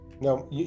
Now